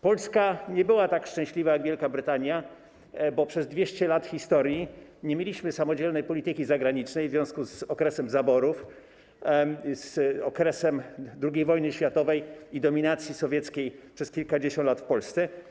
Polska nie była tak szczęśliwa jak Wielka Brytania, bo przez 200 lat historii nie mieliśmy samodzielnej polityki zagranicznej w związku z okresem zaborów, z okresem II wojny światowej i dominacji sowieckiej przez kilkadziesiąt lat w Polsce.